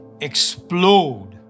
explode